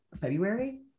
February